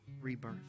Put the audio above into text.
rebirth